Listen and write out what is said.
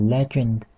Legend